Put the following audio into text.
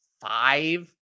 five